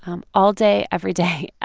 um all day, every day ah